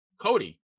Cody